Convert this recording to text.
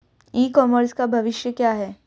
ई commerce का भविष्य क्या है?